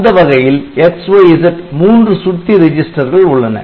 அந்த வகையில் நம்மிடம் X Y Z மூன்று சுட்டி ரெஜிஸ்டர்கள் உள்ளன